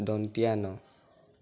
দন্তীয়া ন